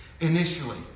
initially